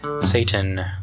Satan